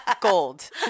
Gold